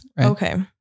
Okay